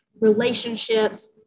relationships